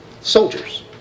soldiers